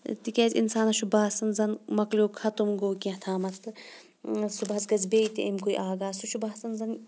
تِکیٛازِ اِنسانَس چھُ باسان زَنہٕ مۄکلیو خَتٕم گوٚو کیٛاتھامَتھ تہٕ صُبحَس گژھِ بیٚیہِ تہِ امکُے آغاز سُہ چھِ باسان زَنہٕ